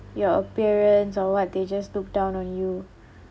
your appearance or what they just look down on you